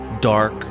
dark